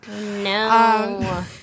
No